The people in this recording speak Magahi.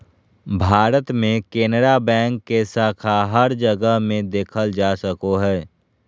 भारत मे केनरा बैंक के शाखा हर जगह मे देखल जा सको हय